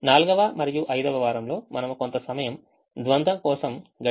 నాల్గవ మరియు ఐదవ వారంలో మనము కొంత సమయం ద్వంద్వ కోసం గడిపాము